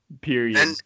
Period